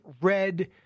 red